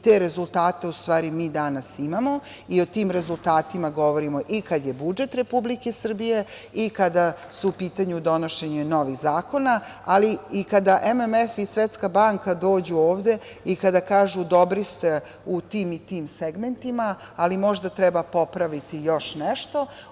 Te rezultate u stvari mi danas imamo i o tom rezultatima govorimo i kada je budžet Republike Srbije i kada je u pitanju donošenje novih zakona, ali i kada MMF i Svetska banka dođu ovde i kada kažu - dobri ste u tim i tim segmentima, ali možda treba popraviti još nešto.